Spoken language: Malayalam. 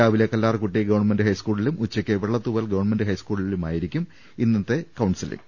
രാവിലെ കല്ലാർകൂട്ടി ഗവൺമെന്റ് ഹൈസ്കൂളിലും ഉച്ചക്ക് വെള്ള ത്തൂവൽ ഗവൺമെന്റ് ഹൈസ്കൂളിലുമായിരിക്കും ഇന്നത്തെ കൌൺസിലിങ്ങ്